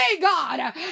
God